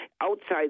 outside